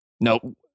no